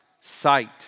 sight